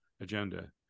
agenda